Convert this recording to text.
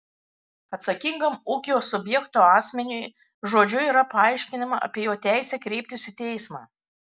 atsakingam ūkio subjekto asmeniui žodžiu yra paaiškinama apie jo teisę kreiptis į teismą